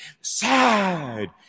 sad